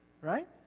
Right